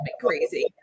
crazy